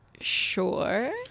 Sure